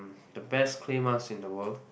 the best clay mask in the world